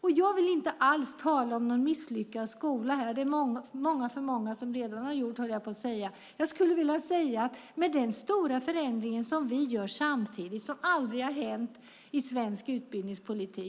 av. Jag vill inte tala om en misslyckad skola. Det är tillräckligt många som har gjort det redan. En sådan stor förändring som vi gör har aldrig tidigare skett i svensk utbildningspolitik.